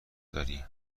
داری